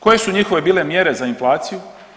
Koje su njihove bile mjere za inflaciju?